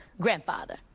grandfather